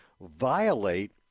violate